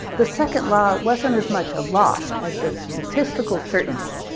the second law wasn't as much a law as a statistical certainty.